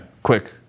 quick